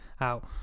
out